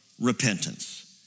repentance